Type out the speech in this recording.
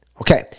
okay